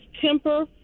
temper